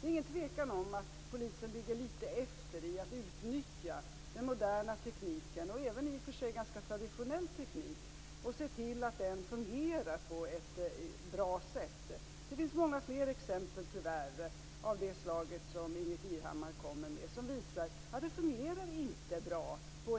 Det är dock ingen tvekan om att polisen ligger litet efter i att utnyttja modern teknik, även i och för sig ganska traditionell teknik, och att se till att den fungerar på ett bra sätt. Det finns, tyvärr, många fler exempel av det slag som Ingbritt Irhammar kommer med och som visar att det på en